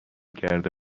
کرده